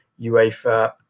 UEFA